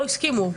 לא הסכימו.